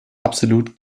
absolut